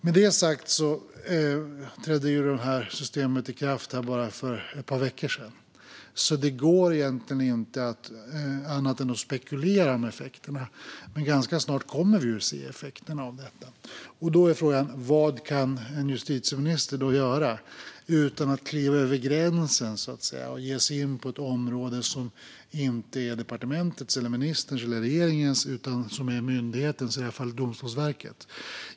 Med det sagt trädde systemet i kraft för bara ett par veckor sedan, så det går egentligen inte att göra annat än spekulera om effekterna. Men ganska snart kommer vi att se effekterna av detta, och då är frågan vad en justitieminister kan göra utan att kliva över gränsen och ge sig in på ett område som inte är departementets, ministerns eller regeringens utan myndighetens - i detta fall Domstolsverket.